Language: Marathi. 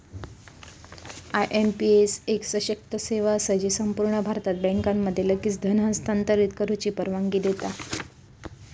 आय.एम.पी.एस एक सशक्त सेवा असा जी संपूर्ण भारतात बँकांमध्ये लगेच धन हस्तांतरित करुची परवानगी देता